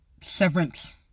severance